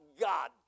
God